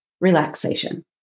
relaxation